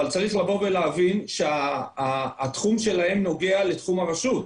צריך להבין שהתחום שלהן נוגע לתחום הרשות.